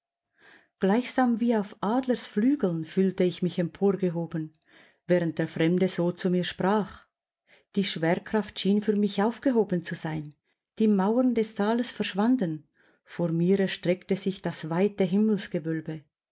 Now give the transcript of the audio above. gleichsam wie auf adlersflügeln fühlte ich mich emporgehoben während der fremde so zu mir sprach die schwerkraft schien für mich aufgehoben zu sein die mauern des saales verschwanden vor mir erstreckte sich das weite